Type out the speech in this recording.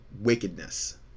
wickedness